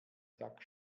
sack